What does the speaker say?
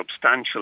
substantial